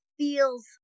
feels